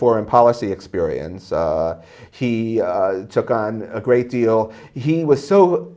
foreign policy experience he took on a great deal he was so